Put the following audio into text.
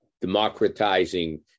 democratizing